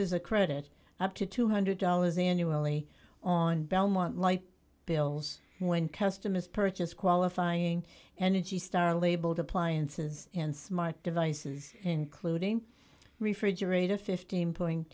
a credit up to two one hundred dollars annually on belmont light bills when customers purchase qualifying energy star labeled appliances and smart devices including refrigerator fifteen